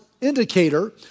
indicator